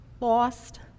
lost